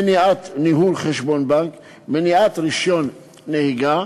מניעת ניהול חשבון בנק, מניעת רישיון נהיגה,